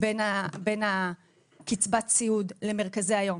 בין הקצבת סיעוד למרכזי היום,